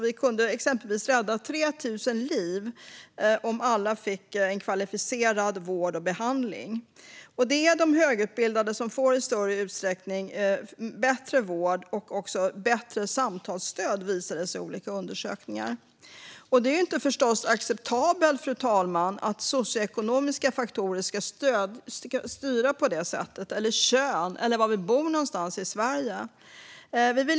Vi kunde exempelvis rädda 3 000 liv om alla fick en kvalificerad vård och behandling. Det är de högutbildade som i större utsträckning får bättre vård och också bättre samtalsstöd visar det sig i olika undersökningar. Fru talman! Det är förstås inte acceptabelt att socioekonomiska faktorer, kön eller var vi bor någonstans i Sverige ska styra på det sättet.